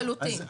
לחלוטין,